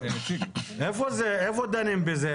דנים בזה